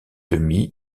demi